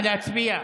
נא להצביע.